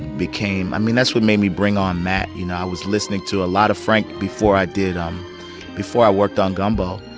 became i mean, that's what made me bring on matt. you know, i was listening to a lot of frank before i did um before i worked on gumbo,